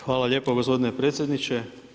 Hvala lijepa gospodine predsjedniče.